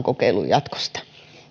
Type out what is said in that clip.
kokeilun jatkosta